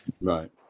Right